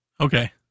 Okay